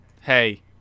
Hey